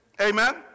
amen